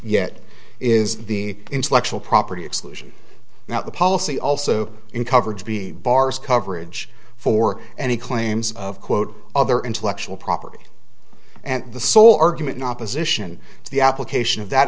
yet is the intellectual property exclusion now the policy also in coverage b bars coverage for any claims of quote other intellectual property and the sole argument not position to the application of that